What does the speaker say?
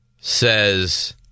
says